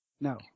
No